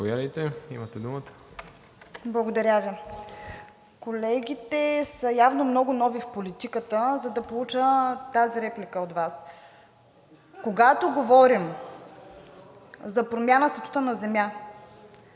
МИХАЙЛОВА (ВЪЗРАЖДАНЕ): Благодаря Ви. Колегите са явно много нови в политиката, за да получа тази реплика от Вас. Когато говорим за промяна статута на земя,